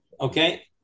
Okay